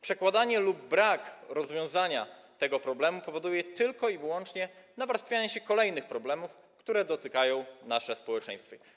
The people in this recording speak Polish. Przekładanie lub brak rozwiązania tego problemu powoduje tylko i wyłącznie nawarstwianie się kolejnych problemów, które dotykają nasze społeczeństwo.